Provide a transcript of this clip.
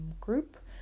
group